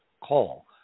call